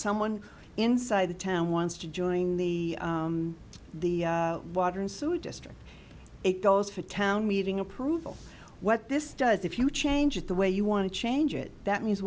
someone inside the town wants to join the the water and so district it goes for town meeting approval what this does if you change it the way you want to change it that means